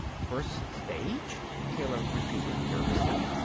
first stage? taylor repeated nervously.